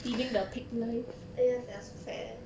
ya sia so fat eh